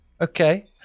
Okay